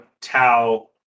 tau